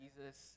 Jesus